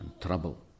trouble